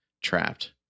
trapped